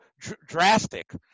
drastic